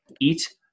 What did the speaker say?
Eat